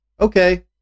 Okay